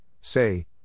say